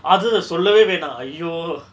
அது சொல்லவே வேணா:athu sollave vena !aiyo!